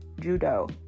judo